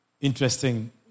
interesting